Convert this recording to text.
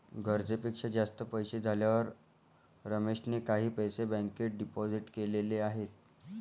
गरजेपेक्षा जास्त पैसे झाल्यावर रमेशने काही पैसे बँकेत डिपोजित केलेले आहेत